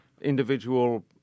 individual